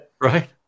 right